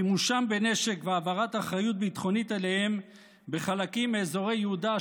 חימושם בנשק והעברת האחריות הביטחונית אליהם בחלקים מאזורי יהודה,